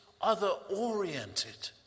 other-oriented